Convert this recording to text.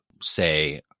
say